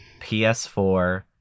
ps4